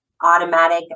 automatic